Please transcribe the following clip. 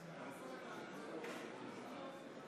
קובע כי הצעת החוק לא